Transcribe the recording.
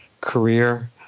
Career